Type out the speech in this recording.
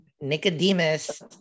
Nicodemus